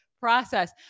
process